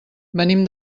venim